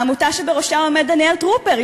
העמותה שבראשה עומד דניאל טרופר,